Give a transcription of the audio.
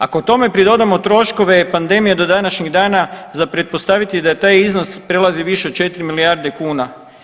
Ako tome pridodamo troškove pandemije do današnjeg dana za pretpostaviti je da taj iznos prelazi više od 4 milijarde kuna.